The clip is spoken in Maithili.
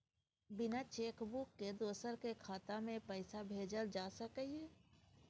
बिना चेक बुक के दोसर के खाता में पैसा भेजल जा सकै ये?